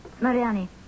Mariani